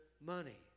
money